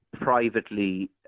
privately